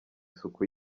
isuku